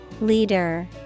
Leader